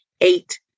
eight